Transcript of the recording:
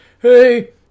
hey